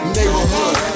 Neighborhood